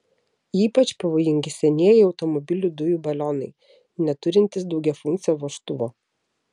ypač pavojingi senieji automobilių dujų balionai neturintys daugiafunkcio vožtuvo